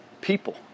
people